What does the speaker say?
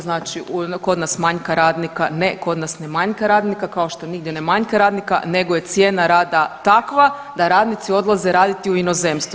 Znači kod nas manjka radnika, ne kod nas ne manjka radnika kao što nigdje ne manjka radnika, nego je cijena rada takva da radnici odlaze raditi u inozemstvo.